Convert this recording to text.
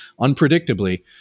unpredictably